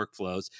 workflows